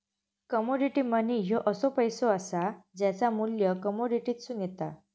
commodity money ह्यो असो पैसो असा ज्याचा मू्ल्य कमोडिटीतसून येता